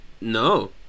no